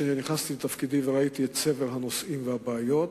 כשנכנסתי לתפקידי וראיתי את צבר הנושאים והבעיות,